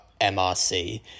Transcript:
MRC